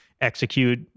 execute